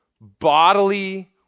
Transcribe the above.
bodily